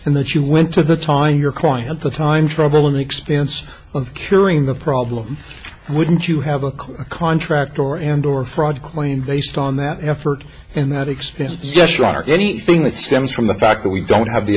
and that you went to the time your client the time trouble and expense of curing the problem wouldn't you have a contract or and or fraud claim based on that effort and that experience yes right or anything that stems from the fact that we don't have the